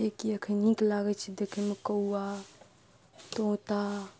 एक अखन नीक लागै छै देखैमे कौआ तोता